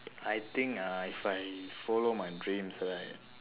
I think uh if I follow my dreams right